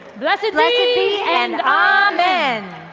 blessed be and ah amen!